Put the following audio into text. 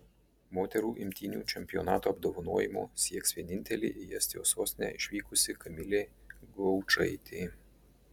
moterų imtynių čempionato apdovanojimo sieks vienintelė į estijos sostinę išvykusi kamilė gaučaitė